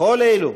לכל אלו